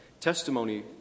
Testimony